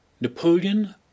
napoleon